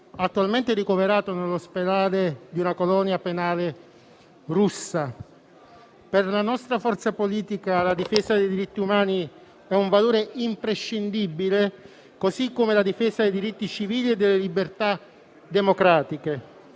attualmente ricoverato nell'ospedale di una colonia penale russa. Per la nostra forza politica, la difesa dei diritti umani è un valore imprescindibile, come la difesa dei diritti civili e delle libertà democratiche.